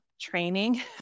training